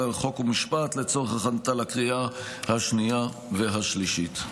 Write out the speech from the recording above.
חוק ומשפט לצורך הכנתה לקריאה השנייה והשלישית.